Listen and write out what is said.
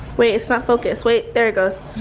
wait, it's not focused. wait there it goes.